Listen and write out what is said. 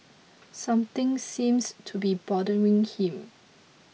something seems to be bothering him